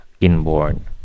inborn